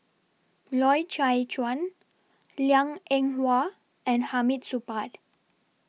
Loy Chye Chuan Liang Eng Hwa and Hamid Supaat